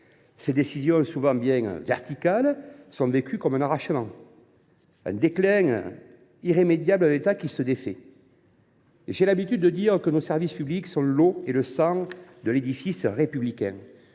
Ces décisions, bien souvent verticales, sont vécues comme un arrachement et marquent le déclin irrémédiable d’un État qui se défait. J’ai l’habitude de dire que nos services publics sont l’eau et le sang de l’édifice républicain.